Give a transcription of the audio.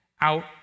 out